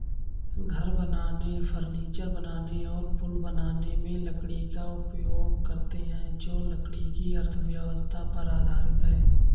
घर बनाने, फर्नीचर बनाने और पुल बनाने में लकड़ी का उपयोग करते हैं जो लकड़ी की अर्थव्यवस्था पर आधारित है